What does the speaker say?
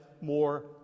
more